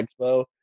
expo